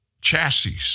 chassis